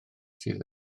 sydd